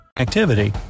activity